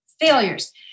failures